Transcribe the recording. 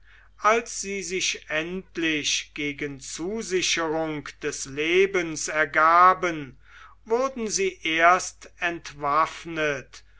als sie sich endlich gegen zusicherung des lebens ergaben wurden sie erst entwaffnet